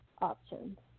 options